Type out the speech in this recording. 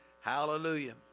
Hallelujah